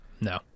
No